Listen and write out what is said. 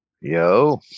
yo